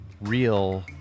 real